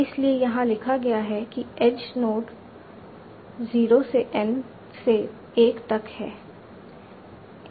इसीलिए यहाँ लिखा गया है कि एज नोड 0 से n से 1 तक है